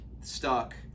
Stuck